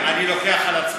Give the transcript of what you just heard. אני לוקח על עצמי את האחריות.